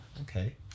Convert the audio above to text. Okay